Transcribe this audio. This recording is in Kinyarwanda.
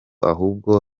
ahubwo